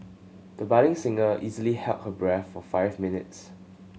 the budding singer easily held her breath for five minutes